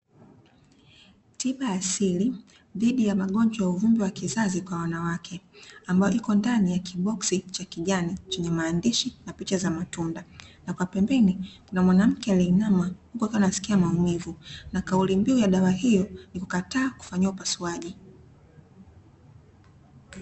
Tiba asili dhidi ya magonjwa ya uvimbe wa kizazi kwa wanawake, ambayo iko ndani ya kiboksi cha kijani, chenye maandishi na picha za matunda; na kwa pembeni kuna mwanamke aliyeinama huku akiwa anasikia maumivu, na kauli mbiu ya dawa hiyo ni kukataa kufanyiwa upasuaji.